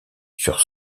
sur